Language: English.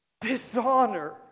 dishonor